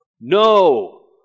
No